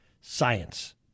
science